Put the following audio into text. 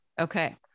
Okay